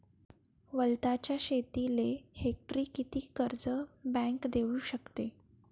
वलताच्या शेतीले हेक्टरी किती कर्ज बँक देऊ शकते?